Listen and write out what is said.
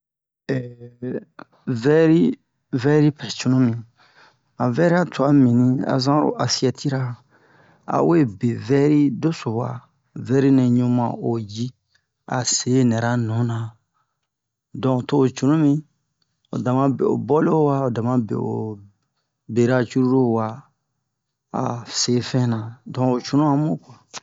vɛri vɛri pɛɛ cunumi han vɛriya twa mibinni azan oro asiyɛtira awe be vɛri doso waa vɛri nɛ ɲu ma o ji a se nɛra nu na donk to ho cunumi o dama be o bɔli ho waa o dama o bera curulu wo waa ase fɛn-na donk ho cunu amu